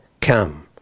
come